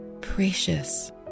Precious